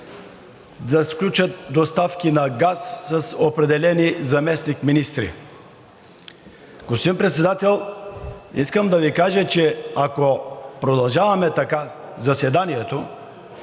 да сключат доставки на газ с определени заместник-министри. Господин Председател, искам да Ви кажа, че ако продължаваме така заседанието,